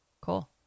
Cool